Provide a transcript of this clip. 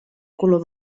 color